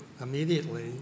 immediately